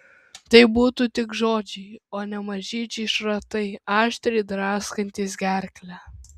tai būtų tik žodžiai o ne mažyčiai šratai aštriai draskantys gerklę